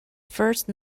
first